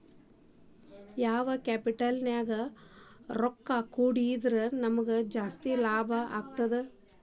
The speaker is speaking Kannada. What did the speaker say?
ಯಾವ್ ಕ್ಯಾಪಿಟಲ್ ನ್ಯಾಗ್ ರೊಕ್ಕಾ ಹೂಡ್ಕಿ ಮಾಡಿದ್ರ ನಮಗ್ ಜಾಸ್ತಿ ಲಾಭಾಗ್ತದ?